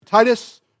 Titus